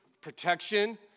protection